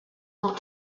not